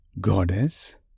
Goddess